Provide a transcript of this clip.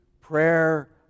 prayer